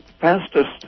fastest